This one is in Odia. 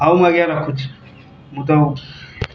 ଆଉ ମୁଁ ଆଜ୍ଞା ରଖୁଛି ମୁଁ ତ